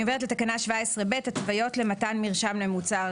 אני עוברת לתקנה 17ב. התוויות למתן מרשם למוצר